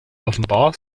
offenbar